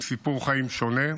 עם סיפור חיים שונה,